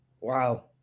Wow